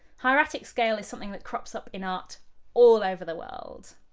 hieratic scale is something that crops up in art all over the world.